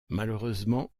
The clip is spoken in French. malheureusement